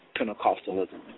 Pentecostalism